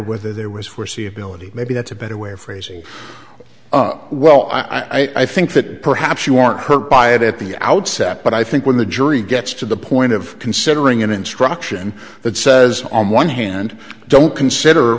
whether there was foreseeability maybe that's a better way of phrasing well i think that perhaps you weren't hurt by it at the outset but i think when the jury gets to the point of considering an instruction that says on one hand don't consider